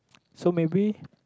so maybe